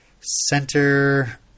center